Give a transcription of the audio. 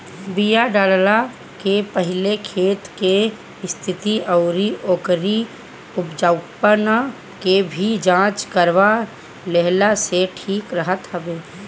बिया डालला के पहिले खेत के स्थिति अउरी ओकरी उपजाऊपना के भी जांच करवा लेहला से ठीक रहत हवे